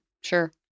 sure